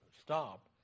stop